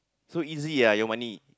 so easy ah your money